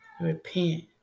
repent